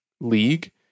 League